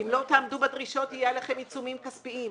אם לא תעמדו בדרישות יהיו עליהם עיצומים כספיים.